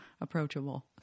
approachable